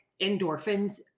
endorphins